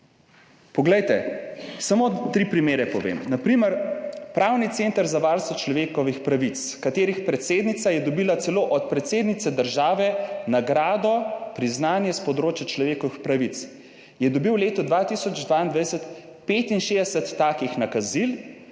Poglejte, samo 3 primere povem. Na primer Pravni center za varstvo človekovih pravic, katerih predsednica je dobila celo od predsednice države nagrado priznanje s področja človekovih pravic je dobil v letu 2022 65 takih nakazil